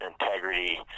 integrity